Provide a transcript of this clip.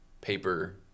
paper